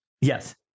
Yes